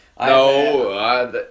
No